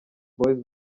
boyz